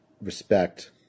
respect